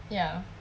ya